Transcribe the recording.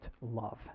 love